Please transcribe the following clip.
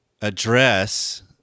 address